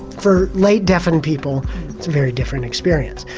for late deafened people it's a very different experience.